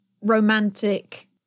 romantic